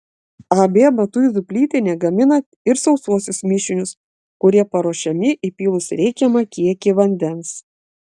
ab matuizų plytinė gamina ir sausuosius mišinius kurie paruošiami įpylus reikiamą kiekį vandens